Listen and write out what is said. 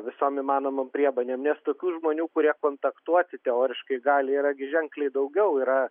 visom įmanomom priemonėm nes tokių žmonių kurie kontaktuoti teoriškai gali yra gi ženkliai daugiau yra